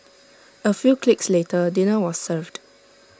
A few clicks later dinner was served